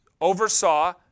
oversaw